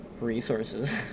resources